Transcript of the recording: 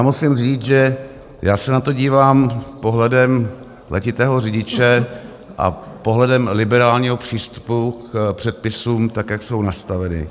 Musím říct, že se na to dívám pohledem letitého řidiče a pohledem liberálního přístupu k předpisům, jak jsou nastaveny.